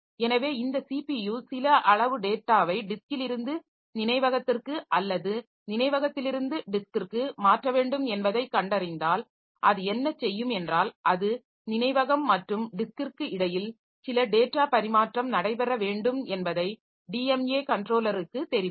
எனவே இந்த சிபியு சில அளவு டேட்டாவை டிஸ்க்கில் இருந்து நினைவகத்திற்கு அல்லது நினைவகத்திலிருந்து டிஸ்க்கிற்கு மாற்ற வேண்டும் என்பதைக் கண்டறிந்தால் அது என்ன செய்யும் என்றால் அது நினைவகம் மற்றும் டிஸ்க்கிற்கு இடையில் சில டேட்டா பரிமாற்றம் நடைபெற வேண்டும் என்பதை டிஎம்ஏ கன்ட்ரோலருக்கு தெரிவிக்கும்